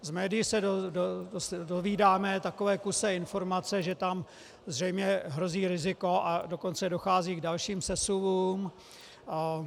Z médií se dovídáme takové kusé informace, že tam zřejmě hrozí riziko, a dokonce dochází k dalším sesuvům.